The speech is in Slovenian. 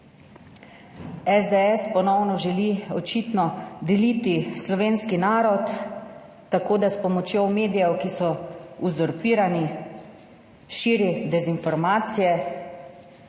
SDS ponovno želi očitno deliti slovenski narod tako, da s pomočjo medijev, ki so uzurpirani, širi dezinformacije